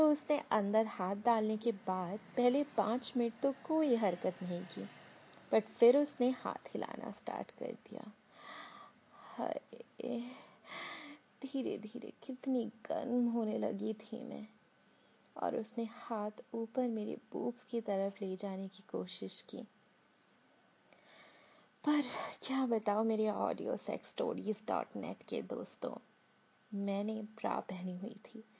तो उसने अंदर हाथ डालने के बाद पहले पाँच मिनट तो कोई हरकत नहीं की। but फिर उसने हाथ हिलाना start कर दिया। हाय, धीरे-धीरे कितनी गर्म होने लगी थी मैं। और उसने हाथ ऊपर मेरे boots की तरफ ले जाने की कोशिश की। पर क्या बताऊं मेरे audiosexstories.net के दोस्तों, मैंने प्राप्त नहीं हुई थी।